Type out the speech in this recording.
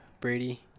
Brady